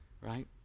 right